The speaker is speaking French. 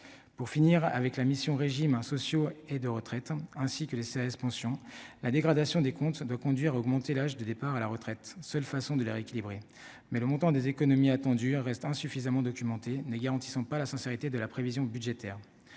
pour finir avec la mission régimes sociaux et de retraite, ainsi que les 16 pension la dégradation des comptes ça doit conduire à augmenter l'âge de départ à la retraite, seule façon de les rééquilibrer mais le montant des économies attendues reste insuffisamment documenté ne garantissant pas la sincérité de la prévision budgétaire,